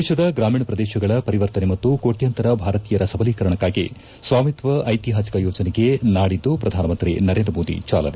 ದೇಶದ ಗ್ರಾಮೀಣ ಪ್ರದೇಶಗಳ ಪರಿವರ್ತನೆ ಮತ್ತು ಕೋಟ್ಸಾಂತರ ಭಾರತೀಯರ ಸಬಲೀಕರಣಕ್ಕಾಗಿ ಸ್ಥಾಮಿತ್ತ ಐಕಿಹಾಸಿಕ ಯೋಜನೆಗೆ ನಾಡಿದ್ಲು ಪ್ರಧಾನಮಂತ್ರಿ ನರೇಂದ್ರಮೋದಿ ಜಾಲನೆ